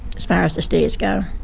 as far as the stairs go.